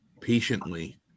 patiently